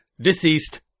deceased